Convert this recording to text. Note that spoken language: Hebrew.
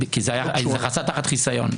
כי זה חסה תחת חיסיון.